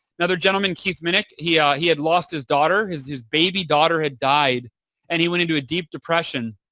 another gentleman, keith minick, he yeah he had lost his daughter. his his baby daughter had died and he went into a deep depression.